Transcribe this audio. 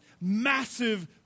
massive